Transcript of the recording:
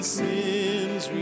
sins